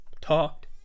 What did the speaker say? talked